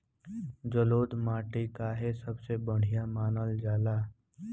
जलोड़ माटी काहे सबसे बढ़िया मानल जाला?